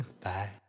Bye